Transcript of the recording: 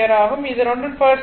இதனுடன் first order D